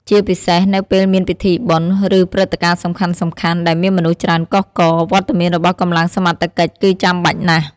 ជាពិសេស នៅពេលមានពិធីបុណ្យ ឬព្រឹត្តិការណ៍សំខាន់ៗ ដែលមានមនុស្សច្រើនកុះករ វត្តមានរបស់កម្លាំងសមត្ថកិច្ចគឺចាំបាច់ណាស់។